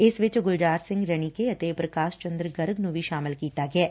ਇਸ ਵਿਚ ਗੁਲਜਾਰ ਸਿੰਘ ਰਣੀਕੇ ਅਤੇ ਪੁਕਾਸ਼ ਚੰਦ ਗਰਗ ਨੂੰ ਵੀ ਸ਼ਾਮਲ ਕੀਤਾ ਗਿਐ